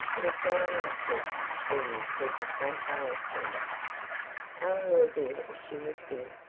it is so unnatural to see you keeping so far off from me eleanor did as she was bid,